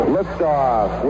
Liftoff